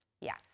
Yes